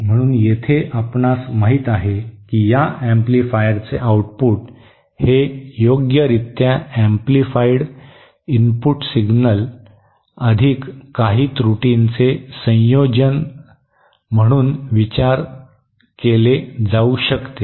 म्हणून येथे आपणास माहित आहे की या एम्पलीफायरचे आउटपुट हे योग्यरित्या एम्प्लिफाइड इनपुट सिग्नल अधिक काही त्रुटीचे संयोजन म्हणून विचार केले जाऊ शकते